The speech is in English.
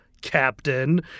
Captain